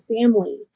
family